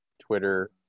Twitter